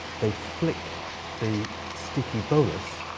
they flick the sticky bolas,